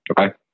Okay